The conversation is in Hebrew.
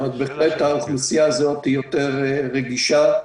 בהחלט האוכלוסייה הזו היא יותר רגישה,